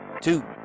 two